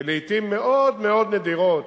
ולעתים מאוד נדירות,